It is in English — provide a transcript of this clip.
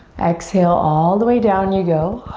exhale, all the way down you go.